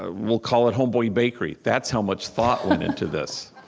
ah we'll call it homeboy bakery that's how much thought went into this.